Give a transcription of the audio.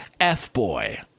F-boy